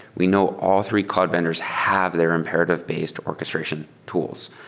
we know all three cloud vendors have their imperative-based orchestration tools.